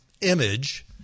image